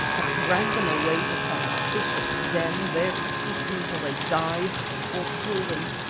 had dragged them away to some secret den, there to keep them till they died or kill them!